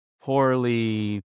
poorly